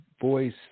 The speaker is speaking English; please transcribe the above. voice